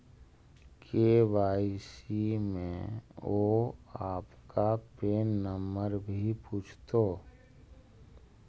KYC में वो आपका पैन नंबर भी पूछतो